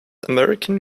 american